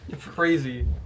crazy